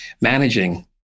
managing